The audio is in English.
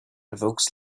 evokes